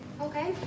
Okay